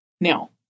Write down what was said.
Now